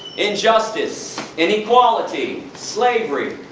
injustice, inequality, slavery,